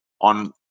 on